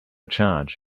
charge